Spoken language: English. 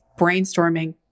brainstorming